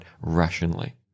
rationally